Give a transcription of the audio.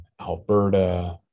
Alberta